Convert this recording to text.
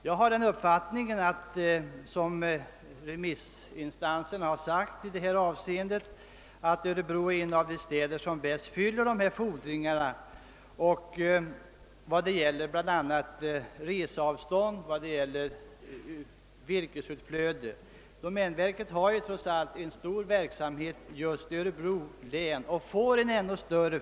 Jag har den uppfattningen att, såsom remissinstanserna har framhållit, Örebro är en av de städer som bäst fyller fordringarna i fråga om reseavstånd och virkesutflöde. Domänverket har som sagt en stor verksamhet just i Örebro län, och den verksamheten blir ännu större.